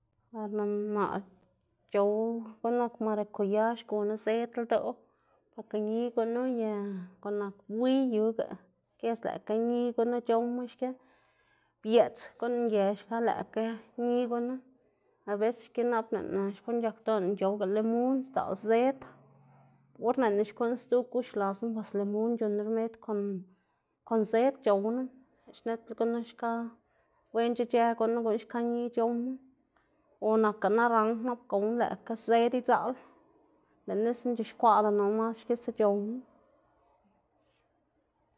Ber lëꞌ naꞌ c̲h̲ow guꞌn nak marakuya xguná zëd ldoꞌ, porke ñi gunu ye guꞌn nak bui yuꞌga giedz lëꞌkga ñi gunu c̲h̲owma xki, biëꞌts guꞌn nge xka lëꞌkga ñi gunu, abecés diꞌltsa xkuꞌn c̲h̲akga ldoꞌná lëꞌná c̲h̲owga limun sdzaꞌlda zëd, or lëꞌná xkuꞌn sdzu gux lasná bos limun c̲h̲unn- ná rmed kon kon zëd c̲h̲owná, lëꞌ xnitla gunu xka, wenc̲h̲a ic̲h̲ë gunu guꞌn xka ñi c̲h̲owma o nakga naranj nap gowná lëꞌkga zëd idzaꞌlo, lëꞌ nixna c̲h̲ixkwaꞌdanu mas xkisa c̲h̲ownu.